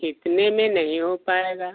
इतने में नहीं हो पाएगा